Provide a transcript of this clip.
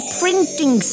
printing